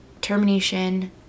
termination